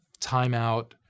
timeout